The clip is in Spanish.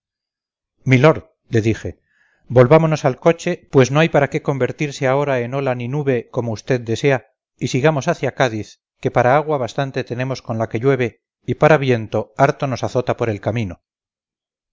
milord le dije volvámonos al coche pues no hay para qué convertirse ahora en ola ni nube como usted desea y sigamos hacia cádiz que para agua bastante tenemos con la que llueve y para viento harto nos azota por el camino